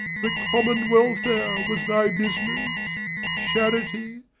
the common welfare was my business charity,